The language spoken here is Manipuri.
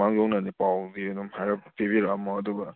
ꯃꯥꯡꯖꯧꯅꯅ ꯄꯥꯎꯗꯤ ꯑꯗꯨꯝ ꯍꯥꯏꯔꯞ ꯄꯤꯕꯤꯔꯛꯑꯝꯃꯣ ꯑꯗꯨꯒ